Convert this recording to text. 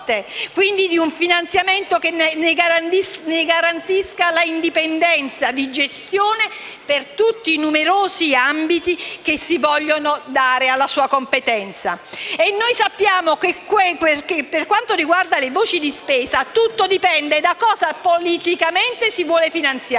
quindi di un finanziamento che ne garantisca l'indipendenza di gestione per tutti i numerosi ambiti di sua competenza. Noi sappiamo che, per quanto riguarda le voci di spesa, tutto dipende da cosa politicamente si vuole finanziare.